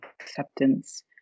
acceptance